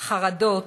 חרדות,